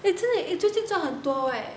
eh 真的 eh 最近赚很多 eh